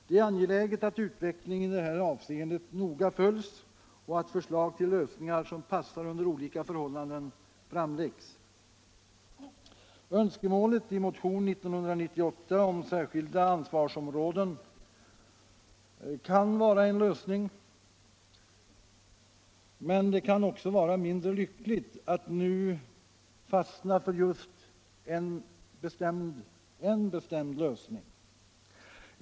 Det är angeläget att utvecklingen i det här avseendet noga följs och att förslag till lösningar som passar under olika förhållanden framläggs. Önskemålet i motionen 1998 om särskilda ansvarsområden kan vara en lösning, men det kan kanske också vara mindre lyckligt att nu fastna för just en bestämd ordning.